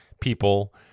people